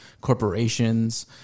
corporations